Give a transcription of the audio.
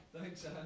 Thanks